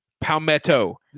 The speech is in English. palmetto